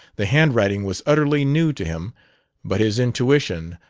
the handwriting was utterly new to him but his intuition,